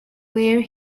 where